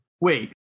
wait